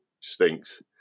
stinks